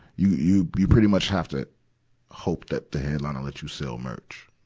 you, you, you pretty much have to hope that the headliner lets you sell merch,